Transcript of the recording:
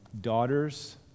daughters